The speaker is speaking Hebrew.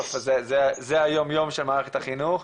זה היום-יום של מערכת החינוך.